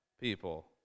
people